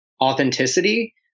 authenticity